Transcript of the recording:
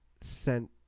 sent